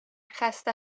خسته